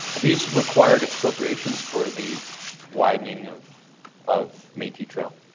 these required expropriations for the widening of of metis trail?